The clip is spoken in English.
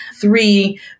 Three